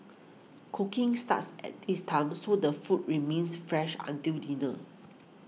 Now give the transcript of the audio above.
cooking starts at this time so the food remains fresh until dinner